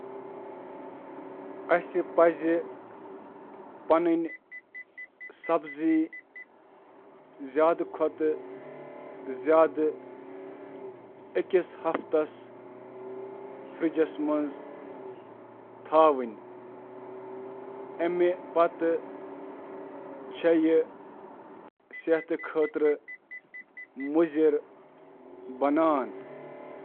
سبزی ہیکن فرجس منز اکھ/ژور ہفتن تام روزتھ، یُس سبزی ہند قٕسم تہٕ کوتاہ پۄختہٕ چُھ آسان۔